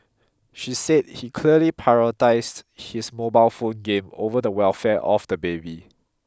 she said he clearly prioritised his mobile phone game over the welfare of the baby